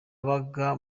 uwo